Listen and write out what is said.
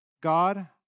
God